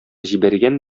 җибәргән